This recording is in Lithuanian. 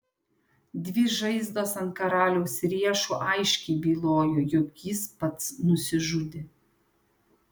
dvi žaizdos ant karaliaus riešų aiškiai bylojo jog jis pats nusižudė